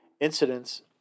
incidents